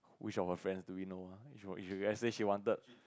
which of her friends do we know ah if let's say she wanted